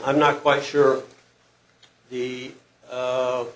i'm not quite sure the